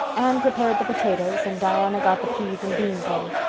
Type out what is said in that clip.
anne prepared the potatoes and diana got the peas and beans ready.